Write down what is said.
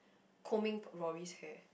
combing Rory's hair